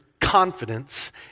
confidence